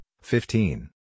fifteen